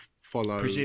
follow